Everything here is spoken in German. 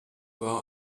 war